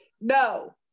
no